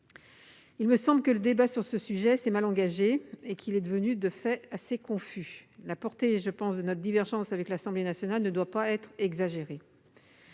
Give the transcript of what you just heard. Il me semble que le débat sur ce sujet s'est mal engagé et qu'il est devenu de fait assez confus. La portée de notre divergence avec l'Assemblée nationale ne doit pas être exagérée.